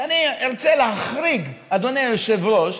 שאני ארצה להחריג, אדוני היושב-ראש,